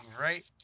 right